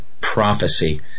prophecy